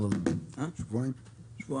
שבועיים.